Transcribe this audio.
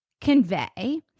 convey